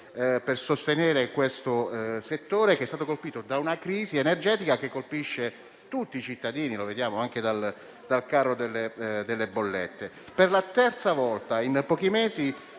per sostenere questo settore che è stato colpito da una crisi energetica che si riverbera su tutti i cittadini, come vediamo dai rincari delle bollette. Per la terza volta in pochi mesi